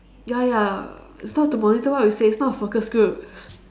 ya ya is not to monitor what we say it's not a focused group